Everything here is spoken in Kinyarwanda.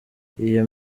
iyo